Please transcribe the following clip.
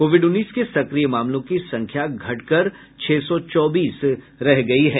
Covid उन्नीस के सक्रिय मामलों की संख्या घटकर छह सौ चौबीस रह गयी है